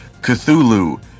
Cthulhu